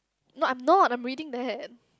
no I'm not I'm reading that